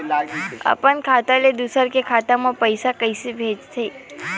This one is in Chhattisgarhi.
अपन खाता ले दुसर के खाता मा पईसा कइसे भेजथे?